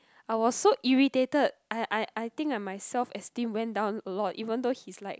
I was so irritated I I I think my self esteem went down a lot even though he's like